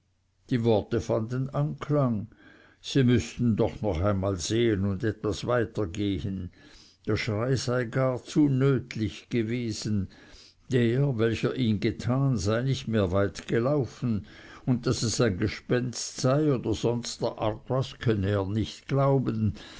die worte fanden anklang sie müßten doch noch einmal sehen und etwas weiter gehen der schrei sei gar zu nötlich gewesen der welcher ihn getan sei nicht weit mehr gelaufen und daß es ein gespenst sei oder sonst der art was könne er nicht glauben